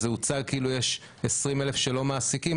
זה הוצג כאילו יש 20,000 שלא מעסיקים,